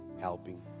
Helping